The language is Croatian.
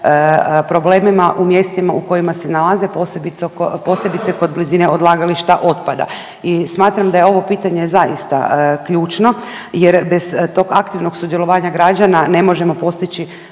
problemima u mjestima u kojima se nalaze posebice oko, posebice kod blizine odlagališta otpada. I smatram da je ovo pitanje zaista ključno jer bez tog aktivnog sudjelovanja građana ne možemo postići